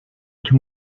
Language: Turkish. iki